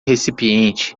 recipiente